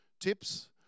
tips